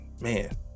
man